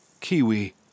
Kiwi